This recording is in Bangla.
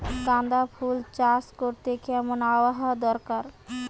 গাঁদাফুল চাষ করতে কেমন আবহাওয়া দরকার?